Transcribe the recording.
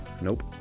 Nope